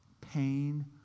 pain